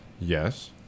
Yes